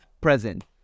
present